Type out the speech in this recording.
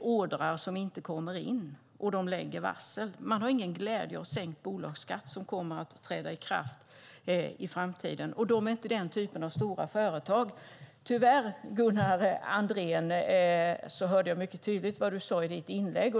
ordrar som inte kommer in och när de lägger varsel. De har ingen glädje av sänkt bolagsskatt som kommer att träda i kraft i framtiden, och de är inte den typen av stora företag. Tyvärr, Gunnar Andrén, hörde jag mycket tydligt vad du sade i ditt inlägg.